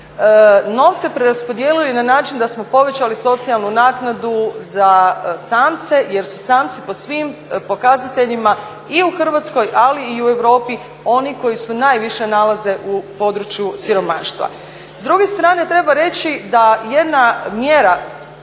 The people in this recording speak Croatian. novce preraspodijelili na način da smo povećali socijalnu naknadu za samce jer su samci po svim pokazateljima i u Hrvatskoj, ali i u Europi oni koji se najviše nalaze u području siromaštva. S druge strane treba reći da jedna mjera